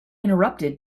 interrupted